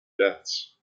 deaths